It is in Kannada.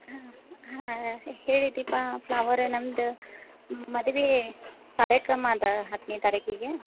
ಹಾಂ ಹಾಂ ಹಾಂ ಹೇಳಿ ದೀಪಾ ಫ್ಲವರ್ ನಮ್ದು ಮದುವೆ ಕಾರ್ಯಕ್ರಮ ಅದ ಹತ್ತನೆ ತಾರೀಕಿಗೆ